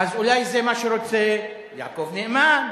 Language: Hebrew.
אז אולי זה מה שרוצה יעקב נאמן,